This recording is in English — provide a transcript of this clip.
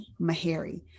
Mahari